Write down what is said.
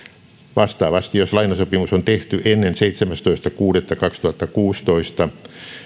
vastaavasti jos lainasopimus on tehty ennen seitsemästoista kuudetta kaksituhattakuusitoista